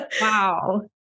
Wow